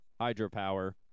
Hydropower